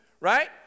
right